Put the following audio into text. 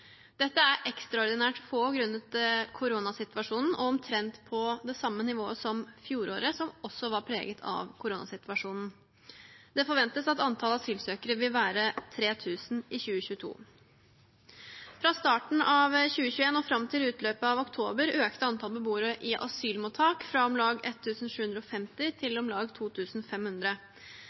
Dette er ekstraordinært få, grunnet koronasituasjonen, og omtrent på samme nivå som fjoråret, som også var preget av koronasituasjonen. Det forventes at antall asylsøkere vil være 3 000 i 2022. Fra starten av 2021 og fram til utløpet av oktober økte antall beboere i asylmottak fra om lag 1 750 til om lag